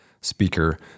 Speaker